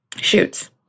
Shoots